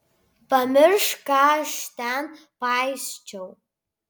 pamiršk ką aš ten paisčiau